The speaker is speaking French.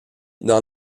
dans